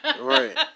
Right